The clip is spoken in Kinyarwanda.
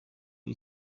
ari